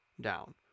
down